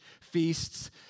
feasts